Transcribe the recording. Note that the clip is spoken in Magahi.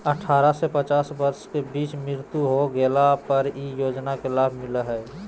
अठारह से पचास वर्ष के बीच मृत्यु हो गेला पर इ योजना के लाभ मिला हइ